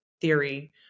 theory